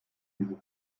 dieses